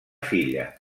filla